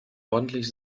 ordentlich